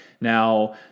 Now